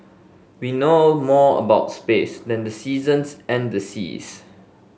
we know more about space than the seasons and the seas